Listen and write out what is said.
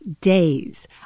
days